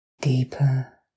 deeper